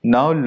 Now